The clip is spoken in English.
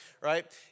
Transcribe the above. right